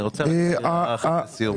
אני רוצה הערה לסיום.